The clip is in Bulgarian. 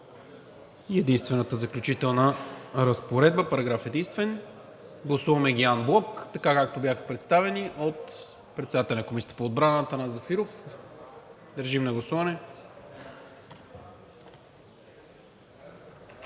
единствената Заключителна разпоредба, параграф единствен. Гласуваме ги анблок, така, както бяха представени от председателя на Комисията по отбрана Атанас Зафиров. Гласували